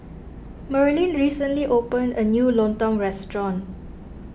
Merlin recently opened a new Lontong restaurant